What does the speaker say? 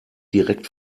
direkt